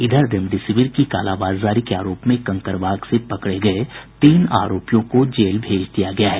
इधर रेमडेसिविर की कालाबाजारी के आरोप में कंकड़बाग से पकड़े गये तीन आरोपियों को जेल भेज दिया गया है